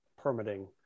permitting